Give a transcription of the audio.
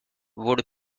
would